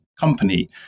company